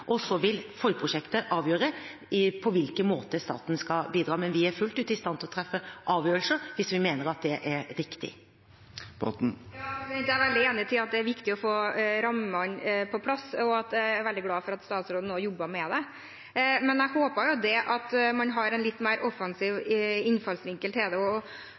og så vil forprosjektet avgjøre på hvilken måte staten skal bidra. Men vi er fullt ut i stand til å treffe avgjørelser hvis vi mener at det er riktig. Else-May Botten [10:42:02]: Jeg er veldig enig i at det er viktig å få rammene på plass, og jeg er veldig glad for at statsråden nå jobber med det. Men jeg håper jo at man har en litt mer offensiv innfallsvinkel til det